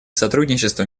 сотрудничества